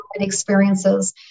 Experiences